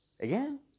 again